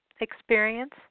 experience